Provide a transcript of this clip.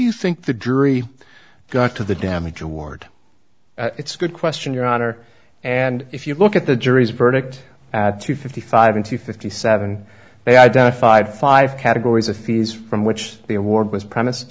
you think the jury got to the damage award it's a good question your honor and if you look at the jury's verdict at two fifty five in two fifty seven they identified five categories of fees from which the award was premised